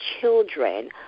children